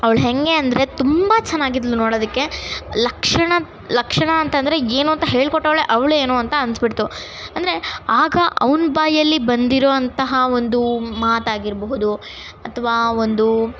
ಅವ್ಳು ಹೇಗೆ ಅಂದರೆ ತುಂಬ ಚೆನ್ನಾಗಿದ್ದಳು ನೋಡೋದಕ್ಕೆ ಲಕ್ಷಣ ಲಕ್ಷಣ ಅಂತಂದರೆ ಏನು ಅಂತ ಹೇಳ್ಕೊಟ್ಟವ್ಳೇ ಅವಳೇ ಏನೋ ಅಂತ ಅನ್ನಿಸ್ಬಿಡ್ತು ಅಂದರೆ ಆಗ ಅವ್ನ ಬಾಯಲ್ಲಿ ಬಂದಿರುವಂತಹ ಒಂದು ಮಾತಾಗಿರಬಹುದು ಅಥ್ವಾ ಒಂದು